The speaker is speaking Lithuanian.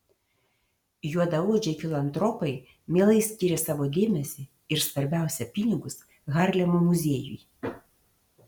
juodaodžiai filantropai mielai skyrė savo dėmesį ir svarbiausia pinigus harlemo muziejui